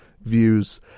views